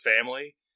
family